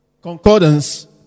concordance